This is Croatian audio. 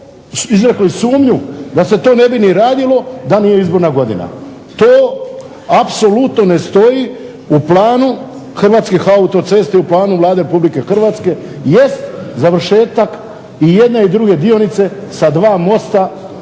izrekli sumnju da se to ne bi ni radilo da nije izborna godina. To apsolutno ne stoji. U planu Hrvatskih autocesta i u planu Vlade Republike Hrvatske jest završetak i jedne i druge dionice sa dva mosta,